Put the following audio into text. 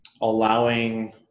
allowing